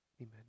Amen